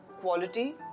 quality